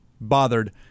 bothered